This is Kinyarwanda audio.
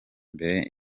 mbere